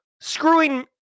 screwing